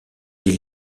des